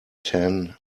tan